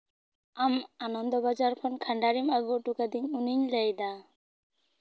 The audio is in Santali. ᱟᱢ ᱟᱱᱚᱱᱫᱚ ᱵᱟᱡᱟᱨ ᱠᱷᱚᱱ ᱠᱷᱟᱱᱰᱟᱨᱤᱢ ᱟᱹᱜᱩ ᱦᱚᱴᱚ ᱠᱟ ᱫᱤᱧ ᱩᱱᱤᱧ ᱞᱟᱹᱭᱫᱟ